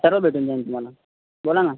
सर्व भेटून जाईन तुम्हाला बोला ना